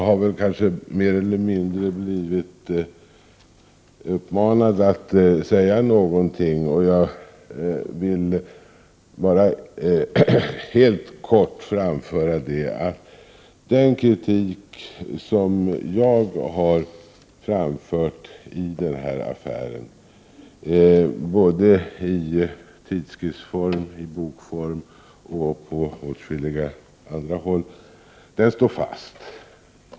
Herr talman! Jag har mer eller mindre blivit uppmanad att säga något i denna debatt. Jag vill helt kort påpeka att den kritik som jag har framfört i denna affär, både i tidskriftsform, i bokform och på åtskilliga andra håll, står fast.